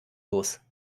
los